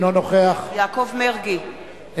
אינו נוכח יעקב מרגי,